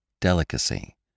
delicacy